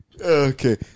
Okay